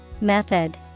Method